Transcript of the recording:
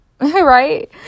right